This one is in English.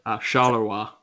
Charleroi